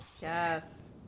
Yes